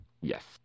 Yes